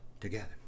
together